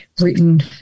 written